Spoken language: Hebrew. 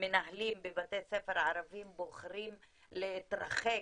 מנהלים בבתי ספר ערביים בוחרים להתרחק